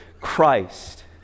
Christ